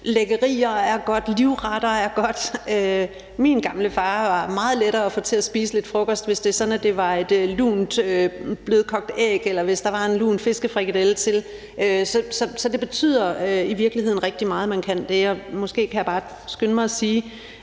og det er godt med livretter. Min gamle far var meget lettere at få til at spise lidt frokost, hvis det var sådan, at det var et lunt blødkogt æg, eller hvis der var en lun fiskefrikadelle til. Så det betyder i virkeligheden rigtig meget, at man kan det. Måske kan jeg bare skynde mig at sige,